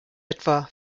etwa